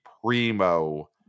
Primo